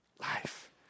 life